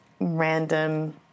random